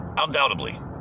undoubtedly